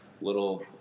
little